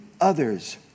others